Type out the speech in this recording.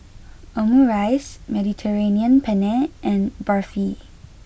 Omurice Mediterranean Penne and Barfi